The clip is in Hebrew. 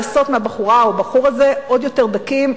לעשות מהבחורה או מהבחור הזה עוד יותר דקים,